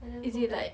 is it like